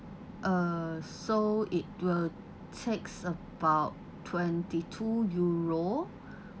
uh so it will takes about twenty two euros